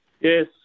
Yes